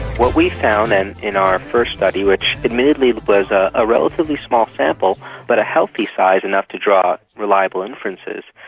what we found and in our first study which admittedly was ah a relatively small sample but a healthy size, enough to draw reliable inferences,